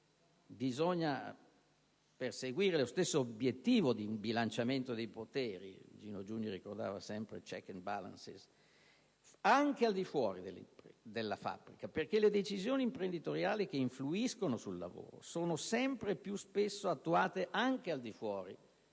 bisogna perseguire lo stesso obiettivo di bilanciamento dei poteri - Gino Giugni ricordava sempre: *checks and balances* - anche al di fuori della fabbrica, perché le decisioni imprenditoriali che influiscono sul lavoro sono sempre più spesso attuate anche al di fuori